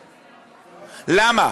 למה?